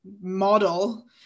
model